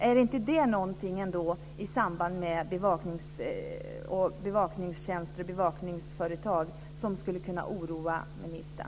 Är inte det någonting i samband med bevakningstjänster och bevakningsföretag som ändå skulle kunna oroa ministern?